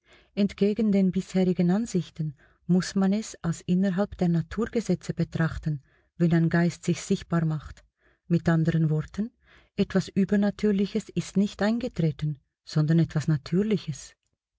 entgegen den bisherigen ansichten muß man es als innerhalb der naturgesetze betrachten wenn ein geist sich sichtbar macht mit anderen worten etwas übernatürliches ist nicht eingetreten sondern etwas natürliches